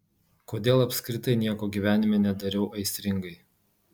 kodėl apskritai nieko gyvenime nedariau aistringai